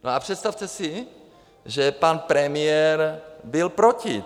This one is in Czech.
No a představte si, že pan premiér byl proti.